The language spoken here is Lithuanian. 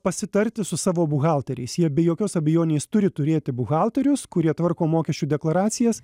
pasitarti su savo buhalteriais jie be jokios abejonės turi turėti buhalterius kurie tvarko mokesčių deklaracijas